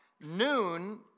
Noon